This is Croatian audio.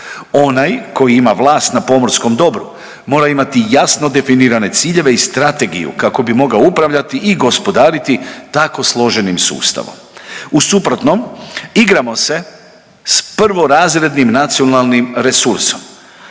Onaj koji ima vlast na pomorskom dobru mora imati jasno definirane ciljeve i strategiju kako bi mogao upravljati i gospodariti tako složenim sustavom. U suprotnom, igramo se s prvorazrednim nacionalnim resursom,